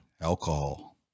Alcohol